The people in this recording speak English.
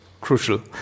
crucial